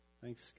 Thanks